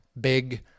big